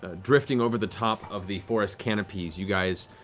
ah drifting over the top of the forest canopies, you guys,